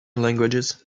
languages